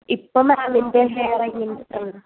ഇപ്പോൾ മാംമിൻ്റെ ഹെയർ എങ്ങനെയാ